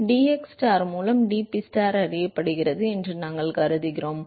dxstar மூலம் dPstar அறியப்படுகிறது என்று நாங்கள் கருதுகிறோம்